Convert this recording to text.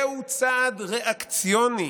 "זהו צעד ריאקציוני,